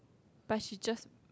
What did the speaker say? but she just